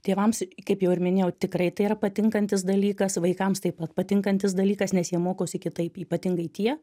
tėvams kaip jau ir minėjau tikrai tai yra patinkantis dalykas vaikams taip pat patinkantis dalykas nes jie mokosi kitaip ypatingai tie